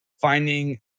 finding